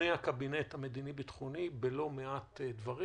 דיוני הקבינט המדיני-ביטחוני בלא מעט דברים.